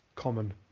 common